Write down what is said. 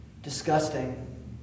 disgusting